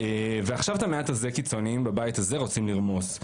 ועכשיו את המעט הזה קיצוניים בבית הזה רוצים לרמוס,